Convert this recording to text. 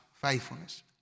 faithfulness